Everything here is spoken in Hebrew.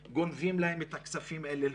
גונבים להם את הכספים האלה.